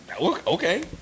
Okay